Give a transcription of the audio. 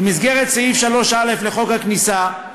במסגרת סעיף 3א לחוק הכניסה,